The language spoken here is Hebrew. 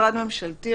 מקומית,